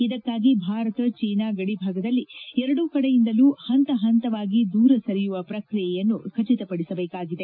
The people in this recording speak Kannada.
ಇದಕ್ಕಾಗಿ ಭಾರತ ಚೀನಾ ಗಡಿಭಾಗದಲ್ಲಿ ಎರಡೂ ಕಡೆಯಿಂದಲೂ ಹಂತ ಹಂತವಾಗಿ ದೂರ ಸರಿಯುವ ಪ್ರಕ್ರಿಯೆಯನ್ನು ಖಚಿತ ಪದಿಸಬೇಕಾಗಿದೆ